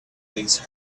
these